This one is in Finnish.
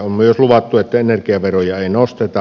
on myös luvattu että energiaveroja ei nosteta